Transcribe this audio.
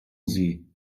sie